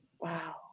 Wow